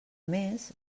més